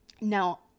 Now